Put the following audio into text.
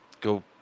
go